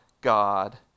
God